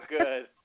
good